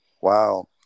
Wow